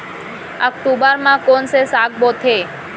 अक्टूबर मा कोन से साग बोथे?